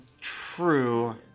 true